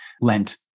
lent